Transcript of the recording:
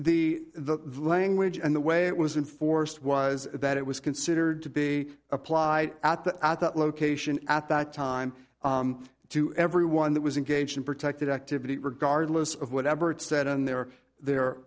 the the language and the way it was inforced was that it was considered to be applied at the at that location at that time to everyone that was engaged in protected activity regardless of whatever it said and there there